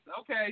Okay